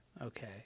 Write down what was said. Okay